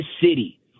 city